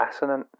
assonant